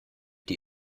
die